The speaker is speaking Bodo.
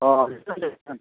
अ